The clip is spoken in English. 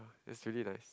is really nice